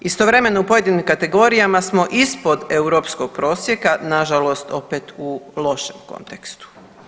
Istovremeno u pojedinim kategorijama smo ispod europskog prosjeka, nažalost opet u lošem kontekstu.